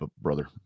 brother